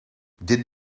dit